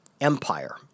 empire